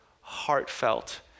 Heartfelt